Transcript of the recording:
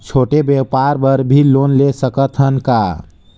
छोटे व्यापार बर भी लोन ले सकत हन का?